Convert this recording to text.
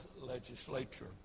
legislature